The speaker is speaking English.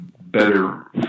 better